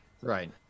right